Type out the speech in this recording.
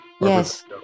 Yes